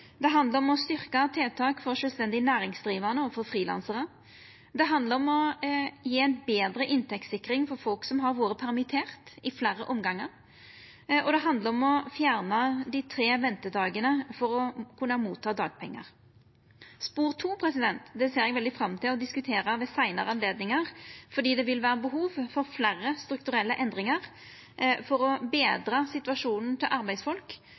det handlar om å styrkja tiltak for sjølvstendig næringsdrivande og frilansarar, det handlar om å gje ei betre inntektssikring for folk som har vore permitterte i fleire omgangar, og det handlar om å fjerna dei tre ventedagane for å kunna få dagpengar. Spor to ser eg veldig fram til å diskutera ved seinare anledningar, for det vil vera behov for fleire strukturelle endringar for å betra situasjonen til arbeidsfolk.